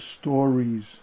stories